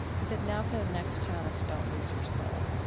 he said, now, for the next challenge don't lose your soul.